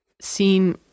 seen